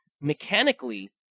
mechanically